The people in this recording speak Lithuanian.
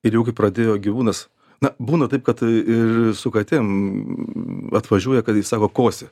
ir jau kai pradėjo gyvūnas na būna taip kad ir su katėm atvažiuoja kartais sako kosi